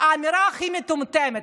זו האמירה הכי מטומטמת.